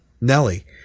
Nelly